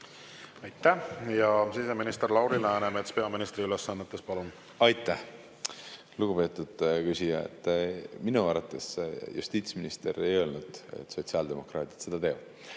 Aitäh! Siseminister Lauri Läänemets peaministri ülesannetes, palun! Aitäh! Lugupeetud küsija! Minu arvates justiitsminister ei öelnud, et sotsiaaldemokraadid seda teevad,